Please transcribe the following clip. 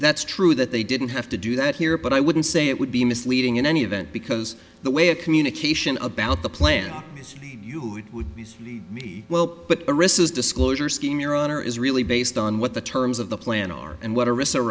that's true that they didn't have to do that here but i wouldn't say it would be misleading in any event because the way of communication about the plan is you who would be me well but a risk is disclosure scheme your honor is really based on what the terms of the plan are and what a reserve